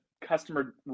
customer